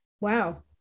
Wow